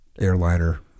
airliner